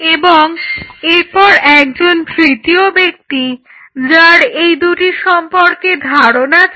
এবং এরপর একজন তৃতীয় ব্যক্তি যার এই দুটি সম্পর্কে ধারণা ছিল